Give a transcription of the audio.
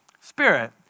spirit